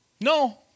No